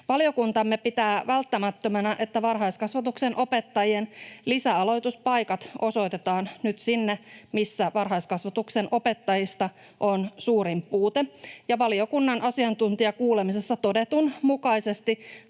Valiokuntamme pitää välttämättömänä, että varhaiskasvatuksen opettajien lisäaloituspaikat osoitetaan nyt sinne, missä varhaiskasvatuksen opettajista on suurin puute, ja valiokunnan asiantuntijakuulemisessa todetun mukaisesti